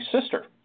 sister